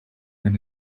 than